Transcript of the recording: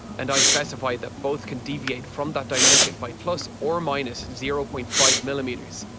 and i specify that both can deviate from that dimension by plus or minus zero point five millimeters.